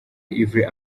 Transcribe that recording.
yverry